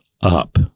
up